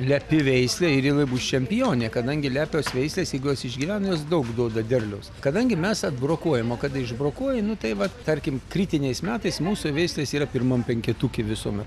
lepi veislė ir jinai bus čempionė kadangi lepios veislės jeigu jos išgyvena jos daug duoda derliaus kadangi mes atbrokuojam o kada išbrokuoji nu tai vat tarkim kritiniais metais mūsų veislės yra pirmam penketuke visuomet